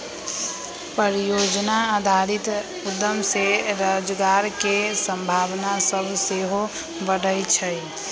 परिजोजना आधारित उद्यम से रोजगार के संभावना सभ सेहो बढ़इ छइ